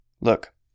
Look